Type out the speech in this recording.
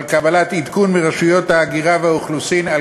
על קבלת עדכון מרשויות ההגירה והאוכלוסין על